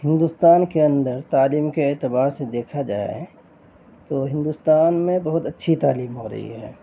ہندوستان کے اندر تعلیم کے اعتبار سے دیکھا جائے تو ہندوستان میں بہت اچھی تعلیم ہو رہی ہے